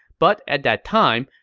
but at that time,